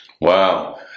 Wow